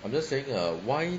I'm just saying err why